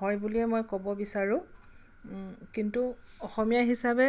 হয় বুলিয়ে মই ক'ব বিচাৰোঁ কিন্তু অসমীয়া হিচাপে